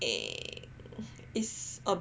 eh is a